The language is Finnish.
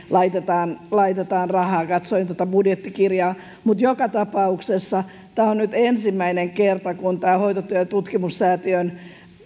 laitetaan laitetaan rahaa katsoin tuota budjettikirjaa mutta joka tapauksessa tämä on nyt ensimmäinen kerta kun tämä hoitotyön tutkimussäätiön